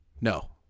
No